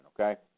okay